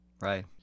Right